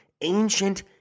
ancient